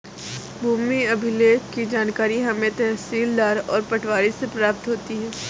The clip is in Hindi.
भूमि अभिलेख की जानकारी हमें तहसीलदार और पटवारी से प्राप्त होती है